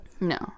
No